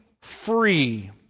free